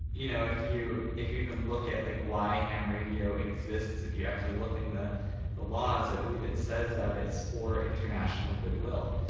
you know, if you even look at like why ham radio exists, if you actually look in the the laws, i believe it says that it's for international goodwill,